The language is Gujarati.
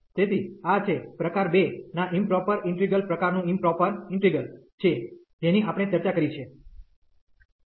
તેથી આ છે પ્રકાર 2 ના ઇમપ્રોપર ઈન્ટિગ્રલ પ્રકારનું ઇમપ્રોપર ઈન્ટિગ્રલ છે જેની આપણે ચર્ચા કરી છે